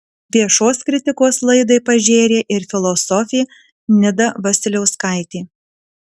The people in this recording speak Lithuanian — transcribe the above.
viešos kritikos laidai pažėrė ir filosofė nida vasiliauskaitė